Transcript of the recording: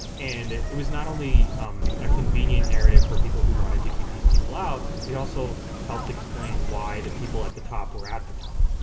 and it was not only um a convenient narrative for people who wanted to keep these people out. it also helped explain why the people at the top were at the top.